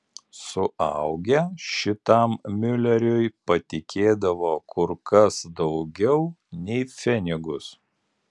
suaugę šitam miuleriui patikėdavo kur kas daugiau nei pfenigus